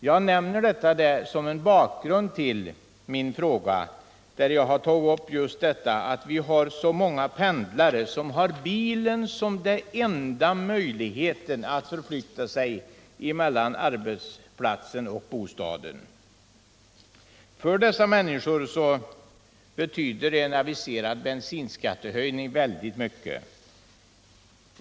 Jag nämner detta som bakgrund till min fråga. Jag har i den tagit upp det faktum att vi har så många pendlare, för vilka bilen är den enda möjligheten att förflytta sig mellan arbetsplatsen och bostaden. För dessa människor betyder en aviserad bensinskattehöjning väldigt mycket.